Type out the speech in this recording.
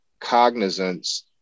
cognizance